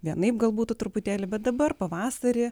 vienaip gal būtų truputėlį bet dabar pavasarį